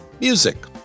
Music